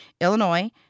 Illinois